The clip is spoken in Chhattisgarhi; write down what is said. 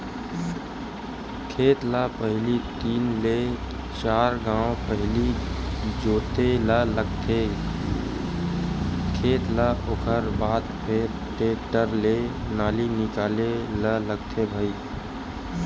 खेत ल पहिली तीन ले चार घांव पहिली जोते ल लगथे खेत ल ओखर बाद फेर टेक्टर ले नाली निकाले ल लगथे भई